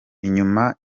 inyuma